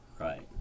Right